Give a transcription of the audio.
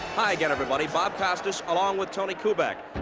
hi, again, everybody. bob costas along with tony kubek.